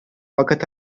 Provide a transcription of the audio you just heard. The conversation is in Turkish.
fakat